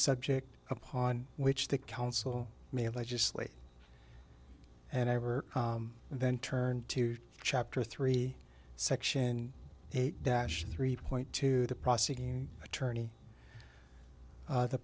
subject upon which the council may legislate and ever then turn to chapter three section eight dash three point two the prosecuting attorney